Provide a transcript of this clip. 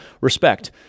respect